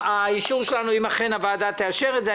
האישור שלנו אם אכן הוועדה תאשר את זה,